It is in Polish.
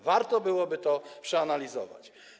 Warto byłoby to przeanalizować.